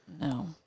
no